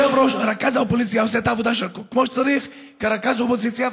רכז האופוזיציה עושה את העבודה שלו כמו שצריך כרכז אופוזיציה,